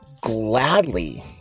gladly